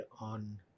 on